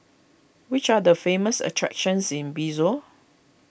which are the famous attractions in Bissau